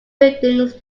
buildings